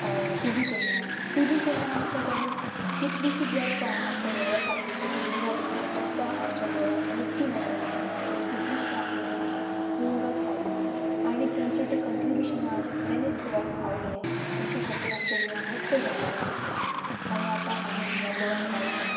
TB Cunha T B Cunha आसलो तेणी कितलींशींच वर्सा आमच्या गोंया खातीर तो तुरुंगात रावलो फक्त आमच्या गोंयाक मुक्ती मेळोंक जाय म्हण तेणी कितलीशीं आपली वर्सां तुरुंगात काडली आनी तेंचें तें कंट्रिब्युशन आहा ते खऱ्यानीच गोंयाक पावलें तेंच्या खातीर आमचो गोवा मुक्त जालो आनी आतां आमी ह्या गोंयान रावता